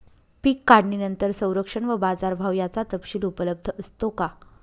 पीक काढणीनंतर संरक्षण व बाजारभाव याचा तपशील उपलब्ध असतो का?